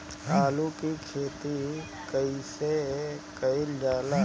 आलू की खेती कइसे कइल जाला?